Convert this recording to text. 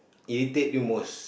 irritate you most